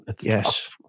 Yes